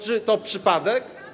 Czy to przypadek?